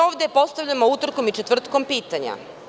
Ovde postavljamo utorkom i četvrtkom pitanja.